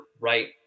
right